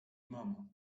mama